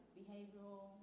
behavioral